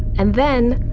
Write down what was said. and then,